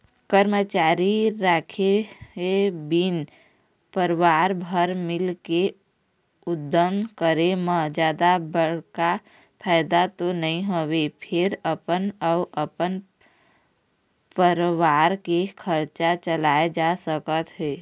करमचारी राखे बिन परवार भर मिलके उद्यम करे म जादा बड़का फायदा तो नइ होवय फेर अपन अउ अपन परवार के खरचा चलाए जा सकत हे